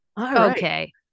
Okay